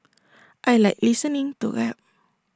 I Like listening to rap